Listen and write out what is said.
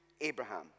Abraham